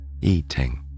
eating